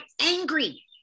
angry